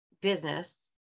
business